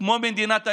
כמו מדינת היהודים.